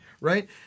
Right